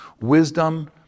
Wisdom